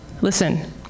listen